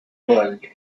world